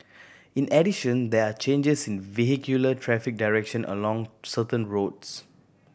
in addition there are changes in vehicular traffic direction along certain roads